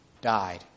died